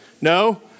No